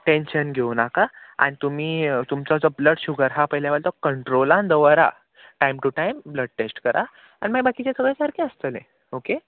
tension घेवं नाका आनी तुमी तुमचो जो ब्लड शुगर आहा पय लेवल तो कंट्रोलान दवरा time to time blood test करा आनी मागीर बाकीचें सगळें सारकें आसतलें ओके